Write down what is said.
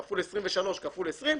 כפול 23 וכפול 20,